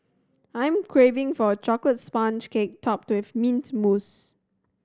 I'm craving for a chocolate sponge cake topped with mint mousse